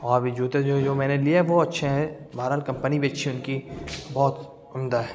اور بھی جوتے جو جو میں نے لیے ہیں وہ اچھے ہیں بہرحال کمپنی بھی اچھی ہے ان کی بہت عمدہ ہے